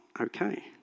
okay